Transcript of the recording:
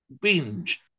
binge